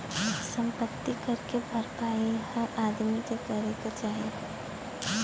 सम्पति कर के भरपाई हर आदमी के करे क चाही